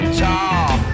tall